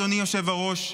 אדוני היושב-ראש,